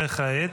וכעת?